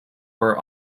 were